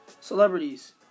Celebrities